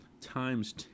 times